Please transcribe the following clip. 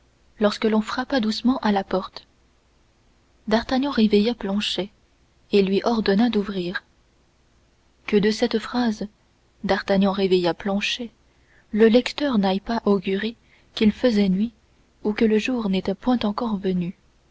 l'on frappa doucement à la porte d'artagnan réveilla planchet et lui ordonna d'aller ouvrir que de cette phrase d'artagnan réveilla planchet le lecteur n'aille pas augurer qu'il faisait nuit ou que le jour n'était point encore venu